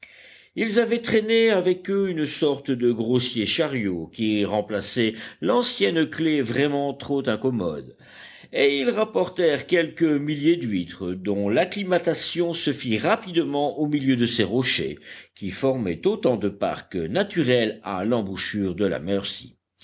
ils avaient traîné avec eux une sorte de grossier chariot qui remplaçait l'ancienne claie vraiment trop incommode et ils rapportèrent quelques milliers d'huîtres dont l'acclimatation se fit rapidement au milieu de ces rochers qui formaient autant de parcs naturels à l'embouchure de la mercy